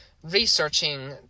researching